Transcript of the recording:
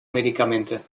medikamente